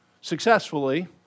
successfully